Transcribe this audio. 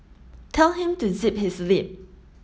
tell him to zip his lip